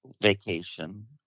vacation